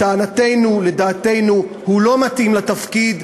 לטענתנו, לדעתנו, הוא לא מתאים לתפקיד.